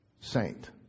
saint